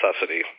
necessity